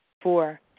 Four